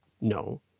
No